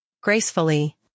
gracefully